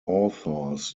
authors